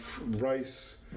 Rice